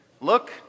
Look